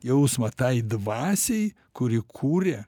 jausmą tai dvasiai kuri kūrė